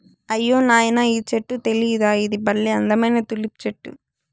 అయ్యో నాయనా ఈ చెట్టు తెలీదా ఇది బల్లే అందమైన తులిప్ చెట్టు